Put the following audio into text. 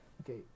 Okay